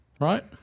right